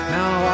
now